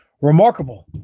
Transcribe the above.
remarkable